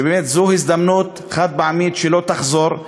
שבאמת זאת הזדמנות חד-פעמית שלא תחזור,